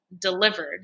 delivered